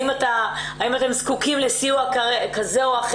האם אתם זקוקים לסיוע מהמדינה?